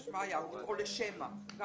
שמעיה או שמע.